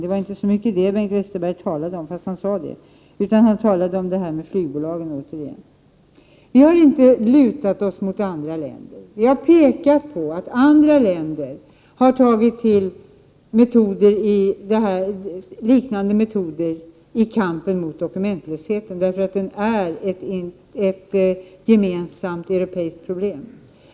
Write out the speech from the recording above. Det var inte så mycket den Bengt Westerberg talade om — trots att han sade det — utan han talade i stället återigen om flygbolagen. Vi har inte lutat oss mot andra länder. Vi har pekat på att andra länder har använt liknande raetoder i kampen mot dokumentlösheten, eftersom denna är ett gemensamt europeiskt problem.